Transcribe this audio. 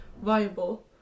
viable